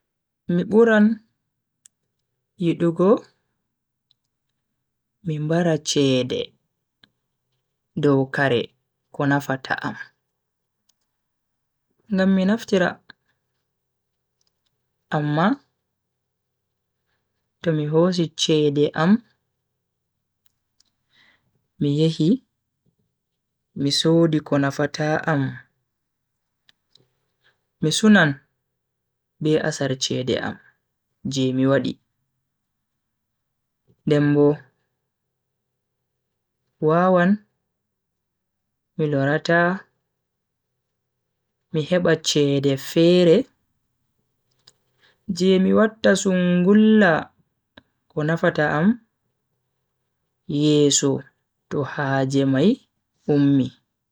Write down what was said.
Mi buran yidugo mi mbara cede dow kare ko nafata am, ngam mi naftira. amma to mi hosi chede am mi yehi mi sodi ko nafata am mi sunan be asar chede am je mi wadi. den Bo wawan mi lorata mi heba chede fere je mi watta sungulla ko nafata am yeso to haaje mai ummi.